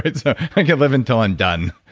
but so i can live until i'm done.